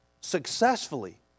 successfully